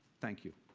thank you.